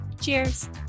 Cheers